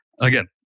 Again